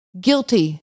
Guilty